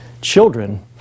Children